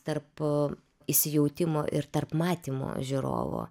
tarp įsijautimo ir tarp matymo žiūrovo